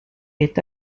est